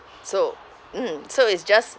so mm so is just